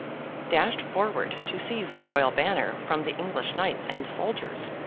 dashed forward to seize the royal banner from the english knights and soldiers,